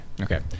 Okay